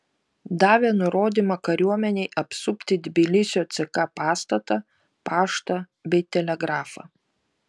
davė nurodymą kariuomenei apsupti tbilisio ck pastatą paštą bei telegrafą